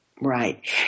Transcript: Right